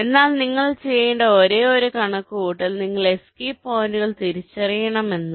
എന്നാൽ നിങ്ങൾ ചെയ്യേണ്ട ഒരേയൊരു കണക്കുകൂട്ടൽ നിങ്ങൾ എസ്കേപ്പ് പോയിന്റുകൾ തിരിച്ചറിയണം എന്നതാണ്